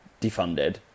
defunded